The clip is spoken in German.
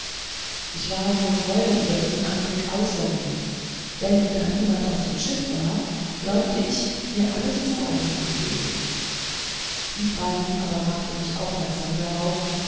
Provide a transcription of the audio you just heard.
ich war vor freude über diesen anblick außer mir denn da niemand auf dem schiff war glaubte ich alles mir zueignen zu dürfen ibrahim aber machte mich aufmerksam darauf